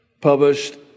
published